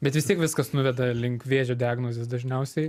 bet vis tiek viskas nuveda link vėžio diagnozės dažniausiai